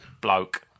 Bloke